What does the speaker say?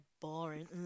boring